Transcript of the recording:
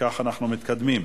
וכך אנחנו מתקדמים.